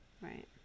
Right